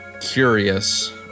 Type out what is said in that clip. curious